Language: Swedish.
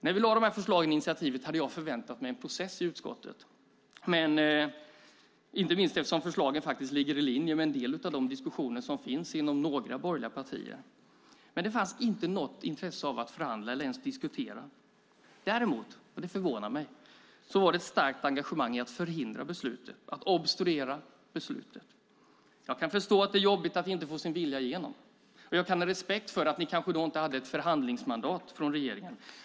När vi lade fram förslagen och tog initiativet hade jag förväntat mig en process i utskottet inte minst därför att förslagen ligger i linje med en del av de diskussioner som finns inom några borgerliga partier. Men det fanns inte något intresse av att förhandla eller ens diskutera. Däremot, och det förvånar mig, var det ett starkt engagemang i att förhindra och obstruera beslutet. Jag kan förstå att det är jobbigt att inte få sin vilja igenom. Jag kan ha respekt för att ni då kanske inte hade ett förhandlingsmandat från regeringen.